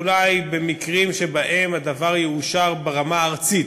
אולי במקרים שבהם הדבר יאושר ברמה הארצית.